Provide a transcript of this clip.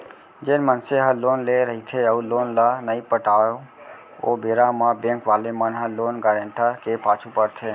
जेन मनसे ह लोन लेय रहिथे अउ लोन ल नइ पटाव ओ बेरा म बेंक वाले मन ह लोन गारेंटर के पाछू पड़थे